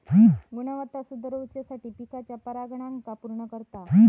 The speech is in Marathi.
गुणवत्ता सुधरवुसाठी पिकाच्या परागकणांका पुर्ण करता